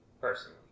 Personally